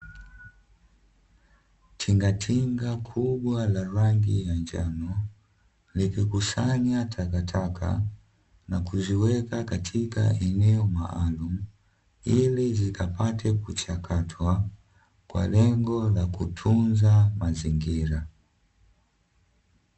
Tingatinga kubwa la rangi ya njano, likikusanya takataka na kuziweka katika eneo maalumu, ili zikapate kuchakatwa kwa lengo la kutunza mazingira.